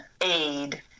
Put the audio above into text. aid